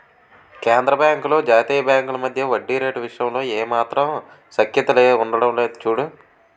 కేంద్రబాంకులు జాతీయ బాంకుల మధ్య వడ్డీ రేటు విషయంలో ఏమాత్రం సఖ్యత ఉండడం లేదు చూడు